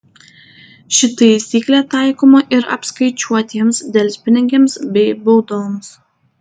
ši taisyklė taikoma ir apskaičiuotiems delspinigiams bei baudoms